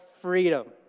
freedom